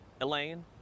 Elaine